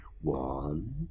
One